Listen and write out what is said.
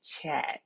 chat